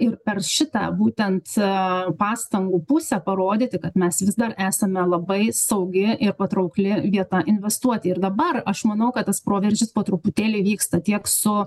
ir per šitą būtent aaa pastangų pusę parodyti kad mes vis dar esame labai saugi ir patraukli vieta investuoti ir dabar aš manau kad tas proveržis po truputėlį vyksta tiek su